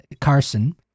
Carson